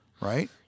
Right